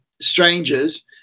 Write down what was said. strangers